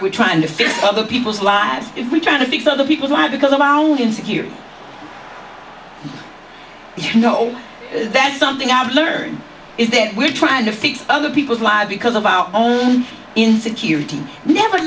we're trying to fix other people's lives if we try to fix other people's lives because of our own insecure you know that's something i've learned is that we're trying to fix other people's lives because of our own insecurity never